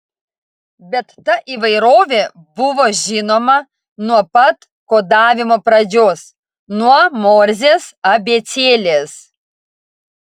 bet ta įvairovė buvo žinoma nuo pat kodavimo pradžios nuo morzės abėcėlės